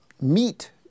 meet